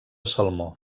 salmó